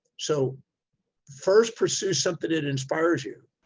so first pursue something that inspires you,